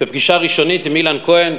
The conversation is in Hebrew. לפגישה ראשונית עם אילן כהן,